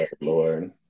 Lord